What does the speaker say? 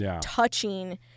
touching